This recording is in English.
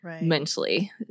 mentally